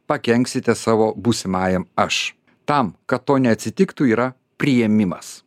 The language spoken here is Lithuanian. pakenksite savo būsimajam aš tam kad to neatsitiktų yra priėmimas